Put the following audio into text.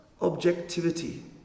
objectivity